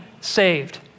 saved